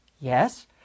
Yes